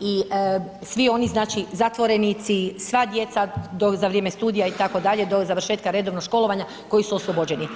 i svi oni znači zatvorenici, sva djeca do za vrijeme studija itd. do završetka redovnog školovanja koji su oslobođeni.